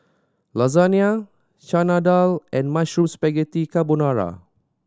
Lasagne Chana Dal and Mushroom Spaghetti Carbonara